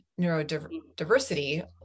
neurodiversity